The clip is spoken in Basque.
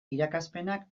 irakaspenak